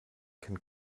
kennt